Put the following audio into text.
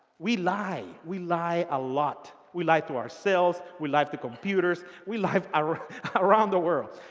we lie. we lie a lot. we lie to ourselves. we lie to computers. we lie around around the world.